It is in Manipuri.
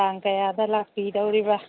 ꯇꯥꯡ ꯀꯌꯥꯗ ꯂꯥꯛꯄꯤꯗꯧꯔꯤꯕ